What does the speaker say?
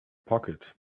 pocket